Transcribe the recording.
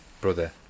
brother